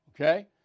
okay